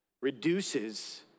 reduces